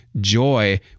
joy